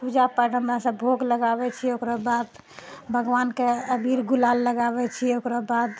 पूजा पाठ हमरासभ भोग लगाबैत छियै ओकरा बाद भगवानके अबीर गुलाल लगाबैत छियै ओकरा बाद